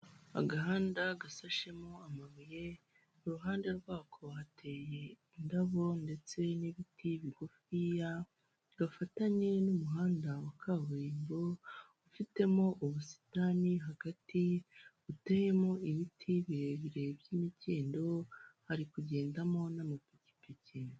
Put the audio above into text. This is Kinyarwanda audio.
Agahanda gashashemo amabuye iruhande rwako hateye indabo ndetse n'ibiti bigufi gafatanye n'umuhanda wa kaburimbo ufitemo ubusitani hagati buteyemo ibiti birebire by'imikindo hari kugendamo n'amapikipiki.